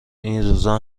اینروزا